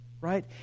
right